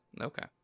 Okay